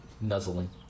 nuzzling